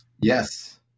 Yes